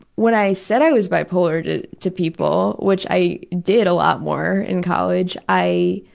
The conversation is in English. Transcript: when i said i was bipolar to to people which i did a lot more in college i